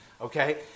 okay